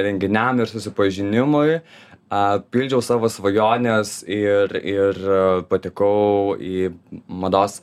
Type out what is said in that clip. renginiam ir susipažinimui a pildžiau savo svajones ir ir patekau į mados